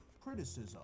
criticism